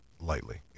lightly